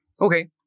Okay